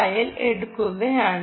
file എടുക്കുകയാണ്